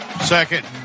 second